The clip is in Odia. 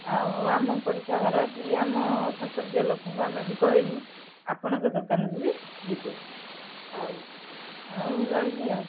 ଆଉ ଆମ ପଡ଼ିଶା ଘର କି ଆମ ସମ୍ପର୍କୀୟ ଲୋକଙ୍କୁ ଆମେ ବି କହିବୁ ଆପଣଙ୍କ ଦୋକାନକୁ ବି ଯିବେ ହଉ ହଉ ରହିଲି ଆଉ